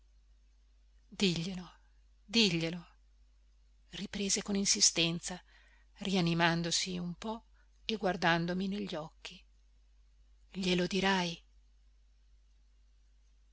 diglielo diglielo riprese con insistenza rianimandosi un po e guardandomi negli occhi glielo dirai